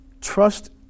trust